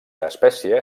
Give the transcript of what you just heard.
espècie